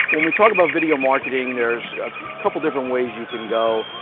when we talk about video marketing there is a couple different ways you can go.